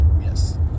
Yes